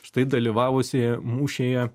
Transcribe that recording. štai dalyvavusieji mūšyje